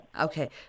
Okay